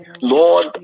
Lord